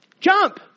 Jump